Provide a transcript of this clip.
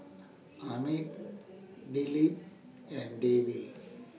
Amit Dilip and Devi